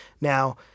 Now